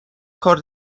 کار